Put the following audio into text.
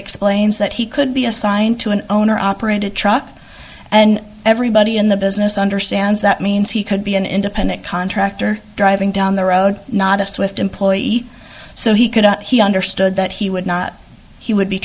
explains that he could be assigned to an owner operated truck and everybody in the business understands that means he could be an independent contractor driving down the road not a swift employee so he could he understood that he would not he would be